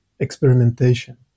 experimentation